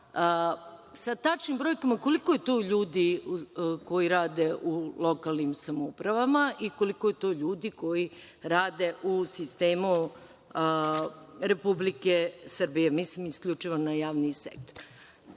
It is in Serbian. sa tačnim brojem koliko je to ljudi koji rade u lokalnim samoupravama i koliko je to ljudi koji rade u sistemu Republike Srbije, mislim isključivo na javni sektor.